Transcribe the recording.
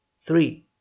three